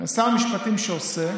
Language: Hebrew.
אני שר משפטים שעושה.